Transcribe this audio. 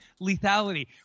lethality